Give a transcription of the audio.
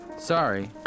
Sorry